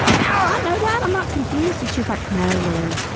um know that! i'm not confused. and she's like, no, lauren.